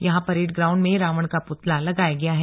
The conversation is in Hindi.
यहां परेड ग्राउंड में रावण का पुतला लगाया गया है